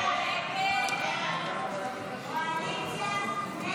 הסתייגות 188